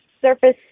Surface